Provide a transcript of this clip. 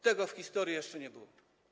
Tego w historii jeszcze nie było.